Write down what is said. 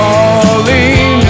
Falling